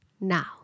now